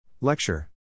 Lecture